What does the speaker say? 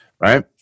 right